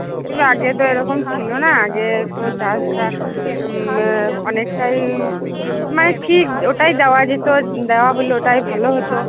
এগুলো আগে তো এরকম ছিলো না আগে তো চার্জটা অনেকটাই মানে ঠিক ওটাই দেওয়া যেত দেওয়া হলো ওটাই ভালো হতো